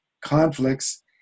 conflicts